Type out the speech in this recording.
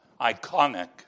iconic